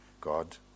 God